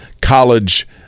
college